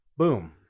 Boom